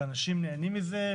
אנשים נהנים מזה,